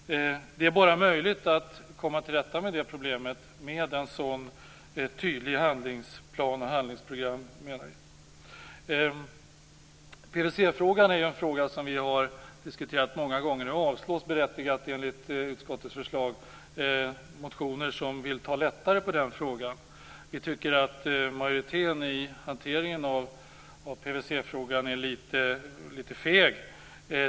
Det är bara möjligt att komma till rätta med det problemet med en sådan tydlig handlingsplan. PVC-frågan har diskuterats flera gånger. Nu avstyrker utskottet - helt berättigat - motioner som vill ta lättare på den frågan. Vi tycker att majoriteten är litet feg i hanteringen av PVC-frågan.